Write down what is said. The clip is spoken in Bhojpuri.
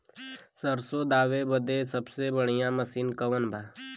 सरसों दावे बदे सबसे बढ़ियां मसिन कवन बा?